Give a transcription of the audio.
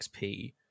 XP